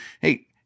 hey